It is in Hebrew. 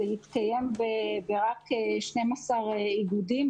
זה התקיים רק ב-12 איגודים,